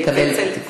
מקבלת את התיקון.